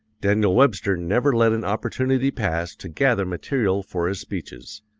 daniel webster never let an opportunity pass to gather material for his speeches.